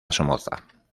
somoza